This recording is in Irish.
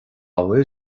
bhfuil